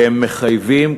והם מחייבים,